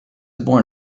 born